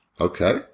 Okay